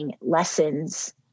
lessons